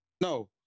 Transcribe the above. No